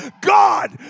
God